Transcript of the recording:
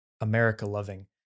America-loving